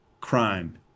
crime